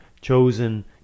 chosen